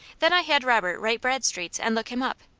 then i had robert write bradstreet's and look him up.